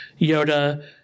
Yoda